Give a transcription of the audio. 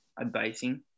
advising